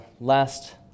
last